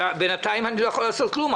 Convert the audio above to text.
בינתיים אני לא יכול לעשות כלום,